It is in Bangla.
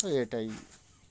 এইটাই